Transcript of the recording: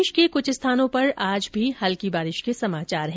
प्रदेश के कुछ स्थानों पर आज भी हल्की बारिश के समाचार हैं